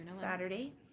Saturday